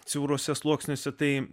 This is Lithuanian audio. siauruose sluoksniuose tai